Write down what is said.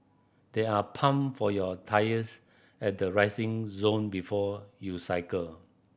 there are pump for your tyres at the resting zone before you cycle